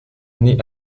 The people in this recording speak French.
née